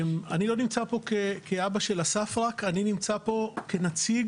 אני לא נמצא פה רק כאבא של אסף, אני נמצא פה כנציג